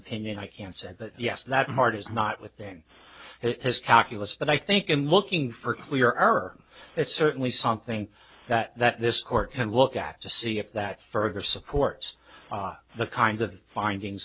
opinion i can't say but yes that heart is not within his calculus but i think in looking for clear erm it's certainly something that this court can look at to see if that further supports the kind of finding